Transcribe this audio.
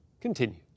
continues